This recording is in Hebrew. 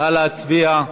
נא להצביע.